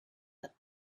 that